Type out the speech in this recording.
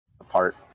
apart